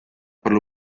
perlu